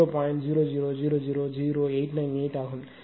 00000898 ஆகும்